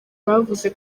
bavuze